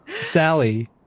Sally